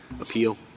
appeal